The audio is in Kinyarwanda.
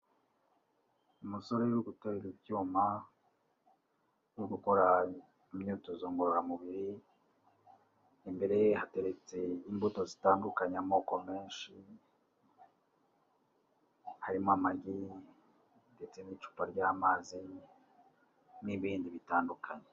Umusore uri guterura ibyuma no gukora imyitozo ngororamubiri, imbere ye hateretse imbuto zitandukanye amoko menshi, harimo amagi ndetse n'icupa ry'amazi n'ibindi bitandukanye.